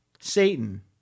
Satan